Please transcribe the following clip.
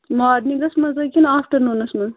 مارنِنٛگَس منٛزا کِنہٕ آفٹَرنوٗنَس منٛز